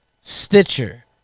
Stitcher